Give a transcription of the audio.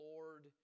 Lord